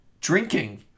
drinking